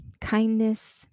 kindness